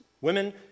Women